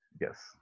Yes